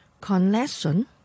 Connection